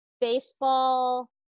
baseball